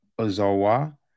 Ozawa